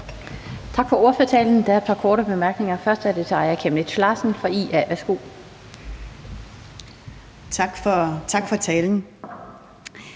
Tak for ordførertalen. Der er et par korte bemærkninger. Først er det fra Aaja Chemnitz Larsen fra IA. Værsgo. Kl.